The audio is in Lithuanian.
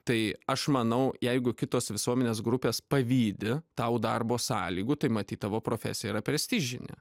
tai aš manau jeigu kitos visuomenės grupės pavydi tau darbo sąlygų tai matyt tavo profesija yra prestižinė